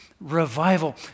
revival